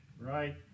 Right